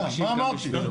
אנחנו צריכים לקבוע מראש.